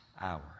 hour